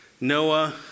Noah